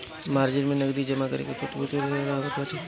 margin में नगदी जमा कईल प्रतिभूति और शेयर आवत बाटे